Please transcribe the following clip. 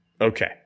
Okay